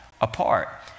apart